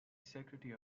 secretary